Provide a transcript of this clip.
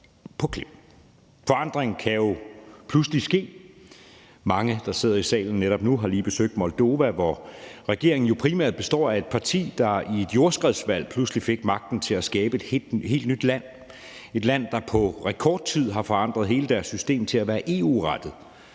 på klem. Forandring kan jo pludselig ske. Mange, der sidder i salen netop nu, har lige besøgt Moldova, hvor regeringen jo primært består af et parti, der i et jordskredsvalg pludselig fik magten til at skabe et helt nyt land, et land, der på rekordtid har forandret hele deres system til at være EU-rettet.